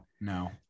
no